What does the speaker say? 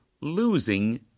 losing